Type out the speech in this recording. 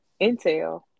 intel